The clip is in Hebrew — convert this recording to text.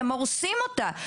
אתם הורסים אותה.